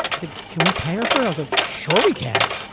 he said, can we pay her for it? i was like, sure, we can.